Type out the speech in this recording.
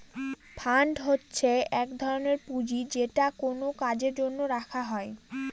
fund হচ্ছে এক ধরনের পুঁজি যেটা কোনো কাজের জন্য রাখা হয়